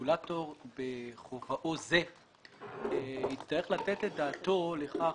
רגולטור בכובעו זה יצטרך לתת את דעתו לכך